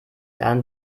dann